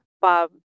Bob